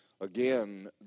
Again